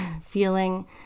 feeling